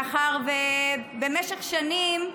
מאחר שבמשך שנים,